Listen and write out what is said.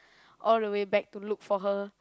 all the way back to look for her